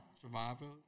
survival